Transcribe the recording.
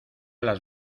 las